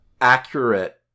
accurate